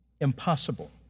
impossible